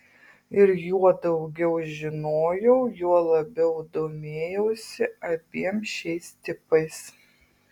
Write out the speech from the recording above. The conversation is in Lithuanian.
ir juo daugiau žinojau juo labiau domėjausi abiem šiais tipais